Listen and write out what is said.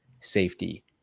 safety